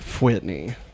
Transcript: Whitney